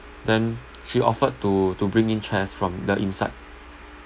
then she offered to to bring in chairs from the inside